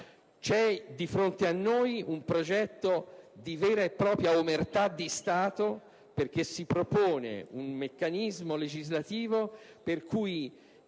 C'è di fronte a noi un progetto di vera e propria omertà di Stato, perché si propone un meccanismo legislativo per cui